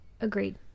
Agreed